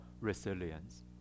resilience